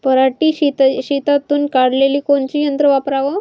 पराटी शेतातुन काढाले कोनचं यंत्र वापराव?